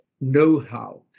know-how